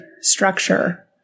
structure